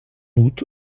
août